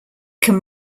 can